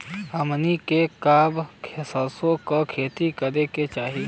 हमनी के कब सरसो क खेती करे के चाही?